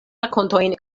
rakontojn